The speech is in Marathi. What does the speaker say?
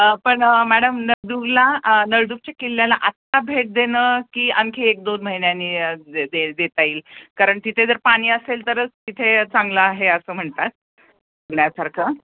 पण मॅडम नळदुर्गला नळदुर्गच्या किल्ल्याला आत्ता भेट देणं की आणखी एक दोन महिन्यानी दे दे देता येईल कारण तिथे जर पाणी असेल तरच तिथे चांगलं आहे असं म्हणतात बघण्यासारखं